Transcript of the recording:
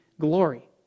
glory